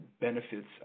benefits